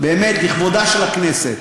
באמת, לכבודה של הכנסת.